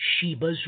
Sheba's